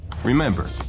Remember